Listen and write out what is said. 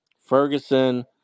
Ferguson